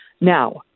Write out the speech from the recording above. now